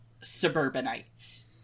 suburbanites